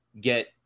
get